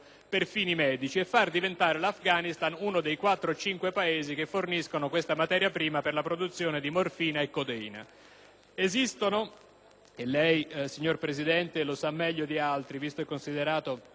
per fini medici e far diventare l'Afghanistan uno dei quattro o cinque Paesi che forniscono questa materia prima per la produzione di morfina e codeina. Esistono - e lei, signora Presidente, lo sa meglio di altri, visto che